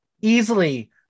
easily